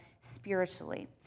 spiritually